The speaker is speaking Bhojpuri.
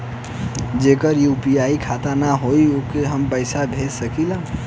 जेकर यू.पी.आई खाता ना होई वोहू के हम पैसा भेज सकीला?